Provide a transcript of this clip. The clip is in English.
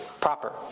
proper